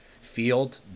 field